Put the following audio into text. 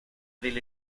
del